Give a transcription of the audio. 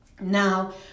Now